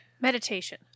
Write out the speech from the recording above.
Meditation